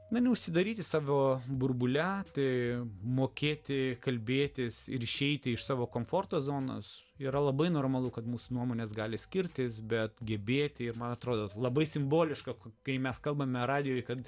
namie užsidaryti savo burbule tai mokėti kalbėtis ir išeiti iš savo komforto zonos yra labai normalu kad mūsų nuomonės gali skirtis bet gebėti ir man atrodo labai simboliška kai mes kalbame radijui kad